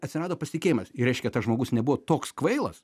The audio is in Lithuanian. atsirado pasitikėjimas ir reiškia tas žmogus nebuvo toks kvailas